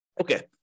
Okay